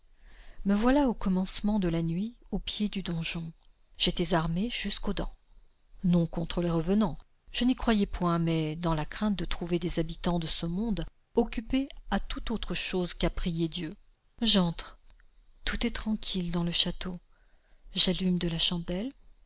me voilà au commencement de la nuit au pied du donjon j'étais armé jusqu'aux dents non contre les revenans je n'y croyais point mais dans la crainte de trouver des habitans de ce monde occupés à toute autre chose qu'à prier dieu j'entre tout est tranquille dans le château j'allume de la chandelle